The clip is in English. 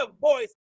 voice